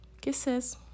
Kisses